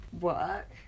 work